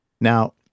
now